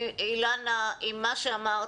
אילנה, עם מה שאמרת.